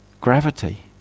Gravity